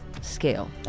scale